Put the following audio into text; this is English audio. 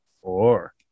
Four